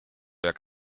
jak